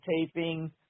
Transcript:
taping